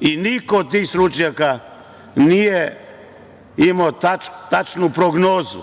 I niko od tih stručnjaka nije imao tačnu prognozu.